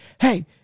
hey